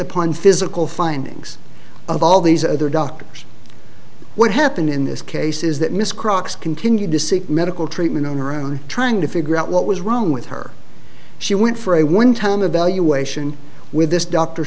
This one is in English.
upon physical findings of all these other doctors what happened in this case is that miss crocks continued to seek medical treatment on her own trying to figure out what was wrong with her she went for a one time evaluation with this doctor